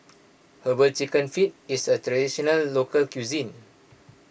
Herbal Chicken Feet is a Traditional Local Cuisine